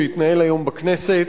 שהתנהל היום בכנסת.